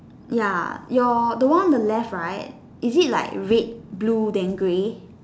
ya your the one on your on the left right is it like red blue than grey